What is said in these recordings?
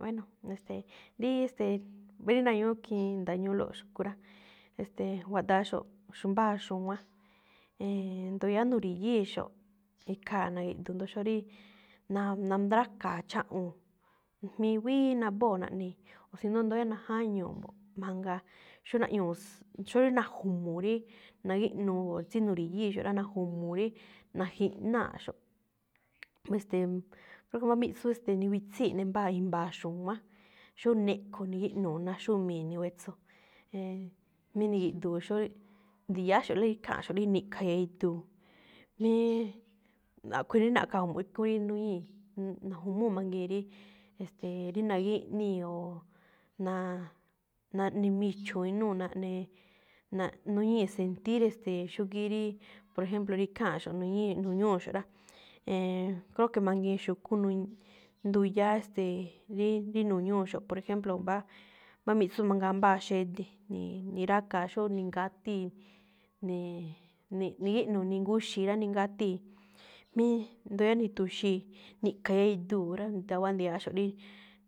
Bueno, e̱ste̱e̱, rí e̱ste̱e̱ rí na̱ñu̱ú khiin nda̱ñu̱úlo̱ xu̱kú rá, e̱ste̱e̱, guaꞌdaaxo̱ꞌ xx mbáa xu̱wánꞌ, e̱e̱n, ndo̱ yáá nu̱ri̱yíi̱xo̱ꞌ, ikhaa̱ na̱gi̱ꞌdu̱u̱n jndo xó rí na- nandrákaa̱ cháꞌuu̱n, mí wíí naꞌbóo̱ naꞌnii̱. ndo rí najáñuu̱ mbo̱ꞌ, mangaa xó naꞌñuu̱ ss xó rí na̱ju̱mu̱u̱ rí nagíꞌnuu̱ tsí nu̱ri̱yíi̱xo̱ꞌ rá, na̱ju̱mu̱u̱ rí najiꞌnáaꞌxo̱ꞌ. E̱ste̱e̱, mbáko mbá miꞌtsú, ste̱e̱, winitsíi̱ ꞌne mbáa i̱mba̱a̱ xu̱wánꞌ, xó neꞌkho̱ nigíꞌnuu̱ ná xúmii̱ niwetso. E̱e̱n, mí ni̱gi̱ꞌdu̱u̱n xóo ndi̱-ndi̱ya̱áxo̱ꞌ lá ikháanꞌxo̱ꞌ rí ni̱ꞌkha̱ eduu̱. Míí a̱ꞌkhue̱n rí na̱ꞌkha̱ ju̱mu̱ꞌ ikhúúnꞌ rí nuñíi̱ na̱ju̱múu̱ mangii̱n rí, e̱ste̱e̱, rí nagíꞌníi̱ o na̱a̱ naꞌne- michu̱u̱n inúu̱, naꞌne na̱ꞌ nuñíi̱ sentíír, e̱ste̱e̱, xúgíí rí, por ejemplo rí ikháanꞌxo̱ꞌ nu̱ñíi nu̱ñúu̱xo̱ꞌ rá, e̱e̱n kréo̱ que mangii̱n xu̱kú nu nduyáá, ste̱e̱, rí nu̱ñúu̱xo̱ꞌ. Por ejemplo, mbá miꞌtsú mangaa mbáa xede̱ ni̱-ni̱rákaa̱ xó ningátíi̱ ni̱i̱ nigíꞌnuu̱ ninguxi̱i̱ rá, ningátíi̱, mí ndo̱ yáá ni̱tu̱xii̱ ni̱ꞌkha̱ eduu̱ rá, nda̱wa̱á ndi̱ya̱áxo̱ꞌ rí,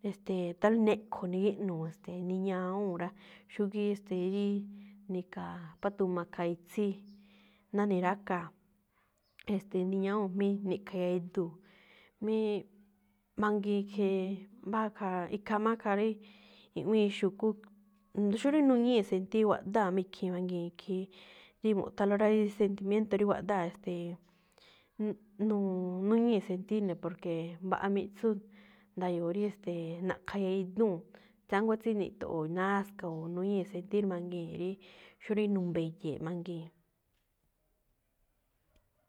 e̱ste̱e, tál neꞌkho̱ nigíꞌnuu̱, e̱ste̱e̱, niñawúu̱n rá, xúgíí e̱ste̱e̱ rí ni̱ka̱a̱ xpát a khaa itsí ná ni̱rákaa̱, e̱ste̱e̱ niñawúu̱n mí ne̱ꞌkha̱ eduu̱. Míi mangiin khiin mbáa khaa, ikhaa máꞌ rí i̱ꞌwíin xu̱kú, jndo xó rí nuñíi̱ sentíír guaꞌdáa̱ má ikhii̱n mangii̱n khiin, rí mu̱ꞌthánlóꞌ rá, rí sentimiento rí guáꞌdáa̱, e̱ste̱e̱, nnn nu̱u̱-nuñíi̱ sentíír ne̱, porque mbaꞌa miꞌtsú nda̱yo̱o̱ rí e̱ste̱e̱ na̱ꞌkha iya edúu̱n, tsiánguá tsí ni̱to̱ꞌo̱o̱n nááska, o nuñíi̱ sentíír mangii̱n rí xó rí nu̱mbe̱ye̱e̱ꞌ mangii̱n.